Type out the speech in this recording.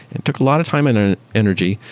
it took a lot of time and an energy,